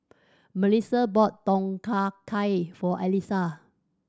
Mellisa bought Tom Kha Gai for Alissa